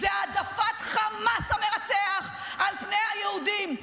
זו העדפת חמאס המרצח על פני היהודים.